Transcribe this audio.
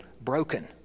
broken